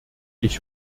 ich